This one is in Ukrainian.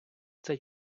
цей